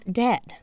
dead